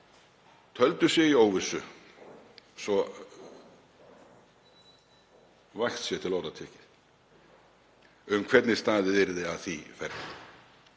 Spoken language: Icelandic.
töldu sig í óvissu, svo vægt sé til orða tekið, um hvernig staðið yrði að því ferli.